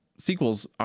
sequels